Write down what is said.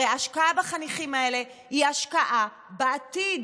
הרי השקעה בחניכים האלה היא השקעה בעתיד.